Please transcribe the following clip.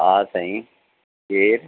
हा साईं केरु